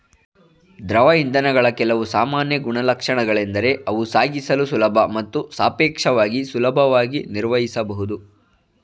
ದ್ರವ ಇಂಧನಗಳ ಕೆಲವು ಸಾಮಾನ್ಯ ಗುಣಲಕ್ಷಣಗಳೆಂದರೆ ಅವು ಸಾಗಿಸಲು ಸುಲಭ ಮತ್ತು ಸಾಪೇಕ್ಷವಾಗಿ ಸುಲಭವಾಗಿ ನಿರ್ವಹಿಸಬಹುದು